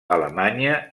alemanya